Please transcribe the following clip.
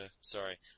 Sorry